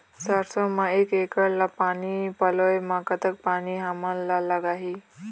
सरसों म एक एकड़ ला पानी पलोए म कतक पानी हमन ला लगही?